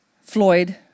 Floyd